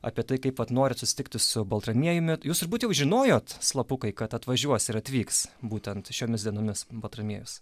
apie tai kad vat norit susitikti su baltramiejumi jūs turbūt jau žinojote slapukai kad atvažiuos ir atvyks būtent šiomis dienomis baltramiejus